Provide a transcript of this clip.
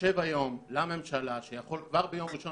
שיושב היום בממשלה שיכול כבר ביום ראשון